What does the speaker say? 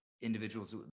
individuals